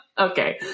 Okay